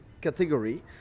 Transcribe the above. category